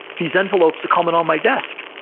these envelopes are coming on my desk.